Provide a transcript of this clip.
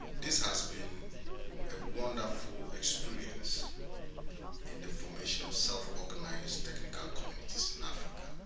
this has been a wonderful experience in the formation of self-organized technical communities in africa,